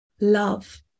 love